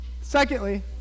Secondly